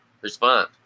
respond